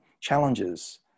challenges